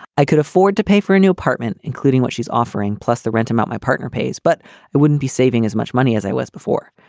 i could afford to pay for a new apartment, including what she's offering, plus the rent amount my partner pays. but it wouldn't be saving as much money as i was before.